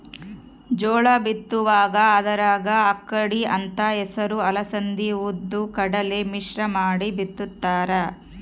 ಜೋಳ ಬಿತ್ತುವಾಗ ಅದರಾಗ ಅಕ್ಕಡಿ ಅಂತ ಹೆಸರು ಅಲಸಂದಿ ಉದ್ದು ಕಡಲೆ ಮಿಶ್ರ ಮಾಡಿ ಬಿತ್ತುತ್ತಾರ